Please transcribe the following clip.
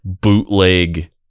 bootleg